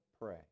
pray